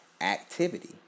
activity